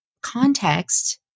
context